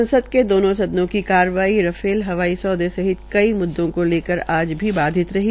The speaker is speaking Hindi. संसद के दोनों सदनों की कार्रवाई राफेल हवाई सौदे सहित कई म्द्दो को लेकर आज भी बाधित रही